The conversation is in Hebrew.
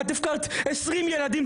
אותה גננת הפקירה 20 ילדים,